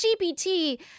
GPT